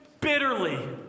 bitterly